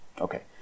okay